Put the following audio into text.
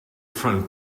front